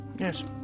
Yes